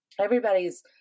Everybody's